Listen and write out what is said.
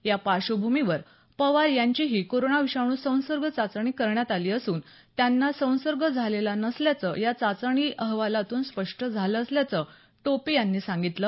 या पार्श्वभूमीवर पवार यांचीही कोरोना विषाणू संसर्ग चाचणी करण्यात आली असून त्यांना संसर्ग झालेला नसल्याचं या चाचणी अहवालातून स्पष्ट झालं असल्याचं टोपे यांनी सांगितलं